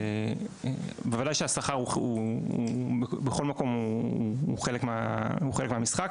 בוודאי שהשכר בכל מקום הוא חלק מהמשחק,